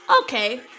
Okay